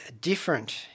different